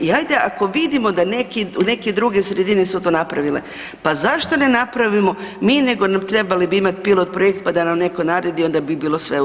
I ajde ako vidimo da neke druge sredine su to napravile, pa zašto ne napravimo mi nego trebali bi imati pilot-projekt pa da nam netko naredi, onda bi bilo sve u redu.